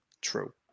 True